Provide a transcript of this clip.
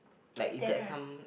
then right